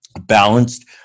balanced